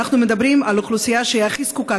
אנחנו מדברים על אוכלוסייה שהכי זקוקה,